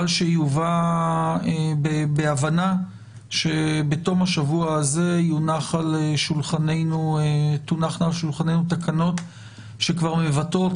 אבל שיובא בהבנה שבתום השבוע הזה תונחנה על שולחננו תקנות שכבר מבטאות